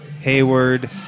Hayward